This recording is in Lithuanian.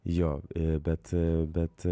jo bet bet